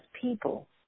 people